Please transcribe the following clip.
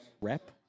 rep